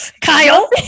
Kyle